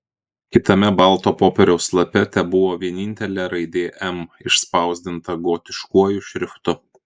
kitame balto popieriaus lape tebuvo vienintelė raidė m išspausdinta gotiškuoju šriftu